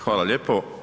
Hvala lijepo.